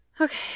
okay